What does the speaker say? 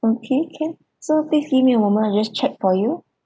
okay can so this please give me a moment I'll just check for you